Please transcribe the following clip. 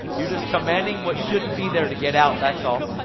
you're just commanding what shouldn't be there to get out, that's all.